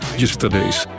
yesterday's